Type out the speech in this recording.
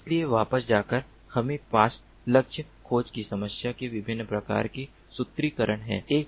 इसलिए वापस जाकर हमारे पास लक्ष्य खोज की समस्या के विभिन्न प्रकार के सूत्रीकरण हैं